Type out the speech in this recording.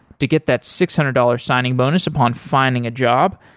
to get that six hundred dollars signing bonus upon finding a job,